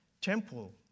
temple